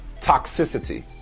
Toxicity